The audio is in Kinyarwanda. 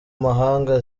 mahanga